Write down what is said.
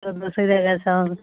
सभ खुशी रहै जाइत जाय सभ